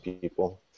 people